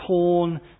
torn